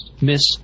Miss